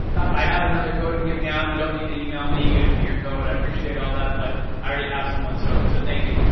i have another code that i'm giving out, you don't need to email me giving me your code. i appreciate all that, but i already have someone, so so thank you.